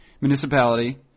municipality